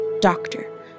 doctor